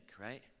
right